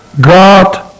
God